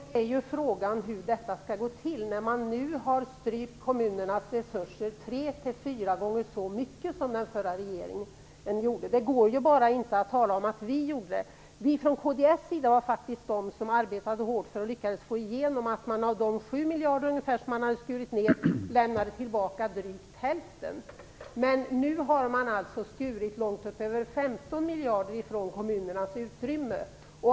Herr talman! Då är ju frågan hur detta skall gå till när man nu har strypt kommunernas resurser tre fyra gånger så mycket som den förra regeringen gjorde. Det går ju inte att bara tala om vad vi gjorde. Vi från kds sida arbetade faktiskt hårt med och lyckades få igenom att drygt hälften av de 7 miljarder som hade skurits ned lämnades tillbaka. Men nu har regeringen skurit ned långt över 15 miljarder av kommunernas utrymme.